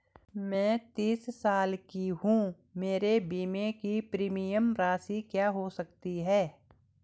मैं तीस साल की हूँ मेरे बीमे की प्रीमियम राशि क्या हो सकती है?